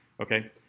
okay